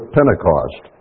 Pentecost